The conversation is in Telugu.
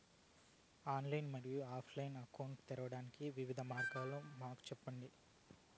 ఆన్లైన్ మరియు ఆఫ్ లైను అకౌంట్ తెరవడానికి వివిధ మార్గాలు మాకు సెప్పండి?